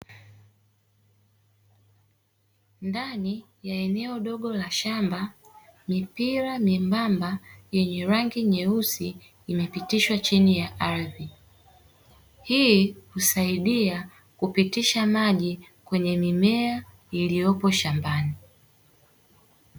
Ndani ya eneo dogo la shamba, mipira membamba yenye rangi nyeusi imepitishwa chini ya ardhi, hii husaidia kupitisha maji kwenye mimea iliyopo shambani.